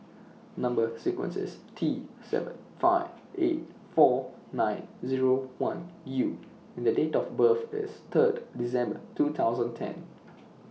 Number sequence IS T seven five eight four nine Zero one U and The Date of birth IS Third December two thousand ten